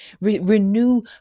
Renew